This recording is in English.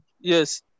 yes